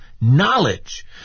Knowledge